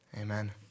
Amen